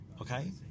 okay